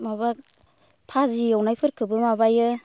माबा भाजि एवनायफोरखौबो माबायो